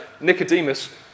Nicodemus